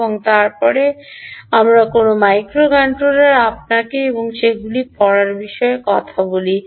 এবং তারপরে আমরা কোনও মাইক্রোকন্ট্রোলার আপনাকে এবং সেগুলি পড়ার বিষয়ে কথা বলি